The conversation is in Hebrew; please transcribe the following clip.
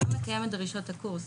לא מקיים את דרישות הקורס.